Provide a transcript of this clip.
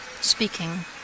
speaking